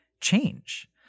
change